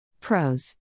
Pros